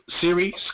series